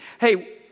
Hey